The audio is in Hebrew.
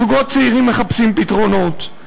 זוגות צעירים מחפשים פתרונות.